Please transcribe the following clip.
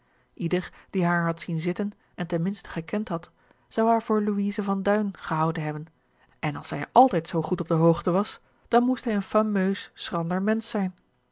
die haar had zien zitten en ten minste gekend had zou haar voor louise van duin gehouden hebben en als hij altijd zoo goed op de hoogte was dan moest hij een fameus schrander mensch zijn